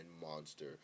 monster